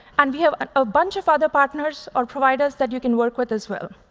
and we have a bunch of other partners or providers that you can work with as well.